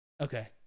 Okay